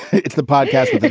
it's the podcast but but